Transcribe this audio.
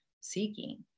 seeking